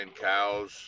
cows